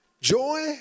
Joy